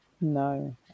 No